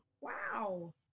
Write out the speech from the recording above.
Wow